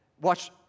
watch